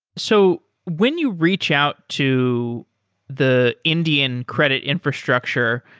so when you reach out to the indian credit infrastructure,